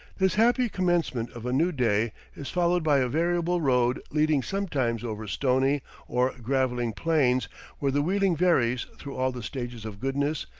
this happy commencement of a new day is followed by a variable road leading sometimes over stony or gravelly plains where the wheeling varies through all the stages of goodness,